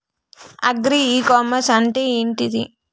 Agri e commerce అంటే ఏంటిది?